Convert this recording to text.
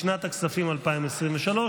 לשנת הכספים 2023,